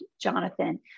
Jonathan